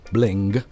Bling